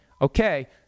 okay